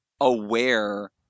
aware